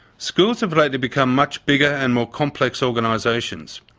schools have lately become much bigger and more complex organisations,